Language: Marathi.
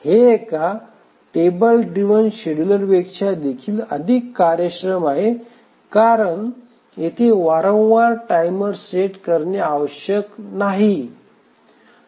हे एका टेबल ड्रिव्हन शेड्यूलरपेक्षा देखील अधिक कार्यक्षम आहे कारण येथे वारंवार टाइमर सेट करणे आवश्यक नाही